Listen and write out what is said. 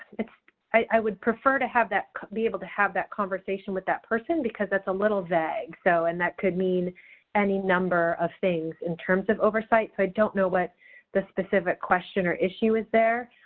i would prefer to have that be able to have that conversation with that person because that's a little vague. so and that could mean any number of things in terms of oversight. so, i don't know what the specific question or issue is there.